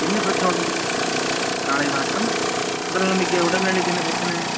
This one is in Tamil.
என்ன பிரச்சனை உடல் காலை வணக்கம் உடல்நிலைமைக்கு உடல்நெலைக்கு என்ன பிரச்சனை